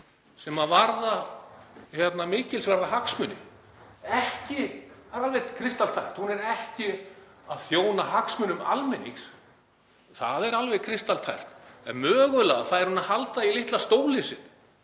sem varðar mikilsverða hagsmuni. Það er alveg kristaltært að hún er ekki að þjóna hagsmunum almennings. Það er alveg kristaltært. En mögulega fær hún að halda í litla stólinn sinn